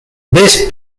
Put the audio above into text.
this